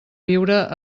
viure